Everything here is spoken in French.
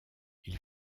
ils